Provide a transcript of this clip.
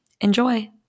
Enjoy